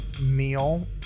meal